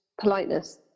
politeness